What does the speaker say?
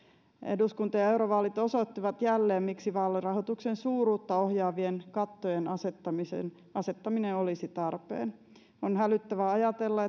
eduskunta ja eurovaalit osoittivat jälleen miksi vaalirahoituksen suuruutta ohjaavien kattojen asettaminen asettaminen olisi tarpeen on hälyttävää ajatella